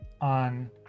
on